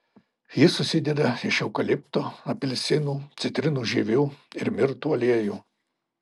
jis susideda iš eukalipto apelsinų citrinų žievių ir mirtų aliejų